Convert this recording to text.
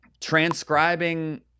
transcribing